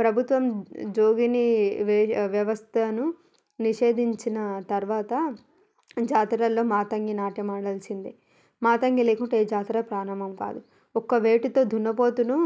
ప్రభుత్వం జోగిని వ్య వ్యవస్థను నిషేధించిన తరువాత జాతరలో మాతంగి నాట్యం ఆడాల్సిందే మాతంగి లేకుంటే ఏ జాతర ప్రారంభం కాదు ఒక వేటుతో దున్నపోతును